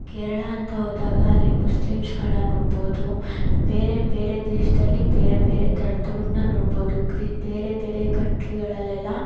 ಕೇರಳ ಅಂತ ಹೋದಾಗ ಅಲ್ಲಿ ಮುಸ್ಲಿಮ್ಸ್ಗಳನ್ನ ನೋಡ್ಬೋದು ಬೇರೆ ಬೇರೆ ದೇಶದಲ್ಲಿ ಬೇರೆ ಬೇರೆ ಥರ್ದೋರನ್ನ ನೋಡ್ಬೋದು ಕ್ರಿ ಬೇರೆ ಬೇರೆ ಕಂಟ್ರಿಗಳಲ್ಲೆಲ್ಲ